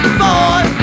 boy